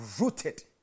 rooted